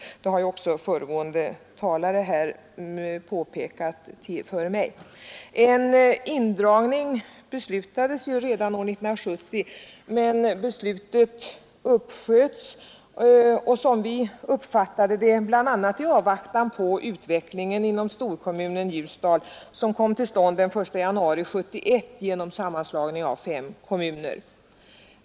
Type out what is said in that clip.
Det har ju också föregående talare påpekat. En indragning beslutades emellertid redan år 1970, men beslutet uppsköts, som vi uppfattade det, bl.a. i avvaktan på utvecklingen inom storkommunen Ljusdal, som kom till stånd den 1 januari 1971 genom sammanslagning av fem kommuner.